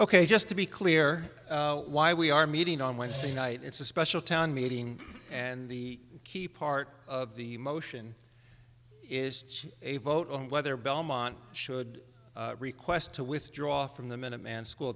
ok just to be clear why we are meeting on wednesday night it's a special town meeting and the key part of the motion is a vote on whether belmont should request to withdraw from the minuteman school